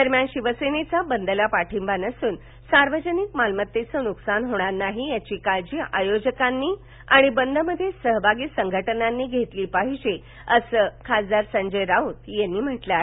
दरम्यान शिवसेनेचा बदला पाठींबा नसून सार्वजनिक मालमत्तांचे नुकसान होणार नाही याची काळजी आयोजकांनी आणि बंद मध्ये सहभागी संघ जांनी घेतली पाहिजे असं खासदार संजय राऊत यांनी म्हालं आहे